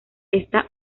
esta